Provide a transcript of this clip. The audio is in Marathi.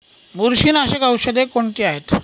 बुरशीनाशक औषधे कोणती आहेत?